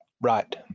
Right